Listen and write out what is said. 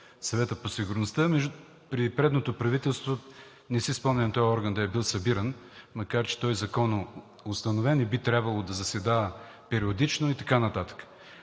Съвета по сигурността. При предното правителство не си спомням този орган да е бил събиран, макар че той е законно установен и би трябвало да заседава периодично и така нататък.